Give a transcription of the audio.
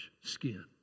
skin